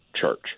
church